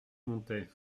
montait